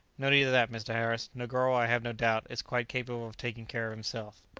no need of that, mr. harris negoro, i have no doubt, is quite capable of taking care of himself.